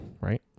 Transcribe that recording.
Right